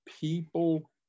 people